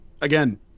again